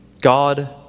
God